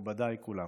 מכובדיי כולם,